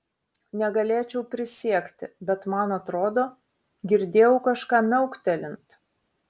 negalėčiau prisiekti bet man atrodo girdėjau kažką miauktelint